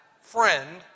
friend